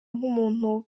nk’umuntu